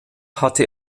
hatte